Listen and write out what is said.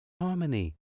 harmony